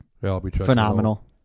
phenomenal